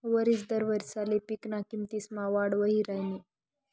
वरिस दर वारिसले पिकना किमतीसमा वाढ वही राहिनी